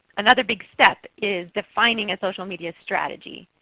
another big step is defining a social media strategy,